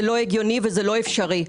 זה לא הגיוני ולא אפשרי.